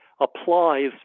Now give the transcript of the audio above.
applies